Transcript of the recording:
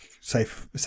safe